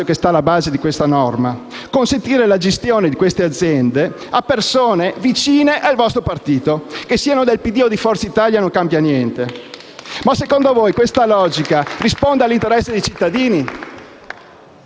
*ratio* alla base di questa norma: consentire la gestione di queste aziende a persone vicine al vostro partito, che siano del PD o di Forza Italia non cambia niente. *(Applausi dal Gruppo M5S)*. Secondo voi questa logica risponde agli interessi dei cittadini?